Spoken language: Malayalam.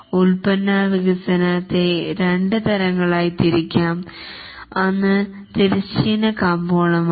ഉൽപ്പന്ന വികസനത്തെ രണ്ട് തരങ്ങളായി തിരിക്കാം അന്ന് തിരശ്ചീന കമ്പോളമാണ്